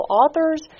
authors